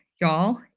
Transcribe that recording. y'all